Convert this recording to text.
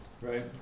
right